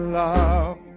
love